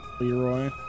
Leroy